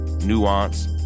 nuance